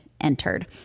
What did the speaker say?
entered